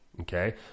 Okay